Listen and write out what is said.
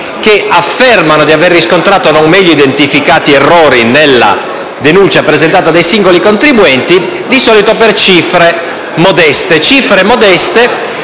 affermare di aver riscontrato non meglio identificati errori nella denuncia presentata dai singoli contribuenti, di solito per cifre modeste